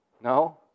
No